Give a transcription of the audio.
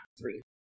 three